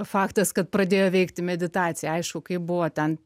faktas kad pradėjo veikti meditacija aišku kaip buvo ten